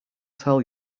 tell